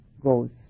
goes